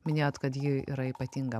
minėjot kad ji yra ypatinga